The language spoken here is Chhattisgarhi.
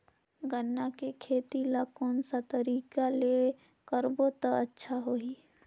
गन्ना के खेती ला कोन सा तरीका ले करबो त अच्छा होही?